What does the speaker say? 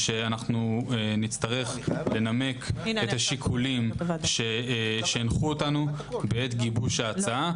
שנצטרך לנמק את השיקולים שהנחו אותנו בעת גיבוש ההצעה.